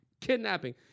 kidnapping